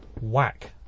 whack